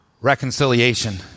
reconciliation